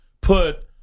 put –